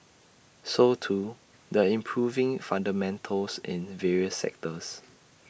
so too the improving fundamentals in various sectors